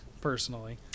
personally